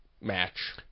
match